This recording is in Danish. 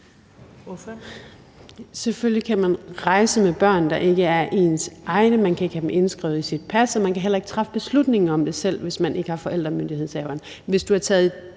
(EL): Selvfølgelig kan man rejse med børn, der ikke er ens egne. Man kan ikke have dem indskrevet i sit pas, og man kan heller ikke træffe beslutning om det selv, hvis man ikke er forældremyndighedsindehaveren.